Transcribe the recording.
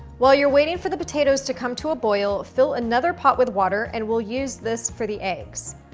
while you're waiting for the potatoes to come to a boil, fill another pot with water, and we'll use this for the eggs.